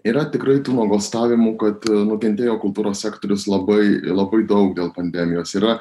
yra tikrai tų nuogąstavimų kad nukentėjo kultūros sektorius labai labai daug dėl pandemijos yra